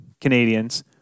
Canadians